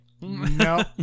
No